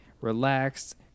relaxed